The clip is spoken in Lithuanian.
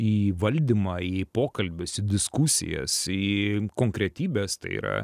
į valdymą į pokalbius diskusijas į konkretybes tai yra